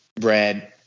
Brad